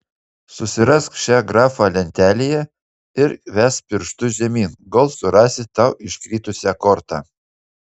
susirask šią grafą lentelėje ir vesk pirštu žemyn kol surasi tau iškritusią kortą